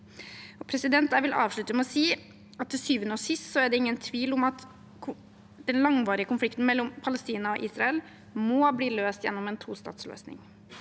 er vitne til. Jeg vil avslutte med å si at til syvende og sist er det ingen tvil om at den langvarige konflikten mellom Palestina og Israel må bli løst gjennom en tostatsløsning.